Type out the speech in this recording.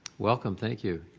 welcome, thank you.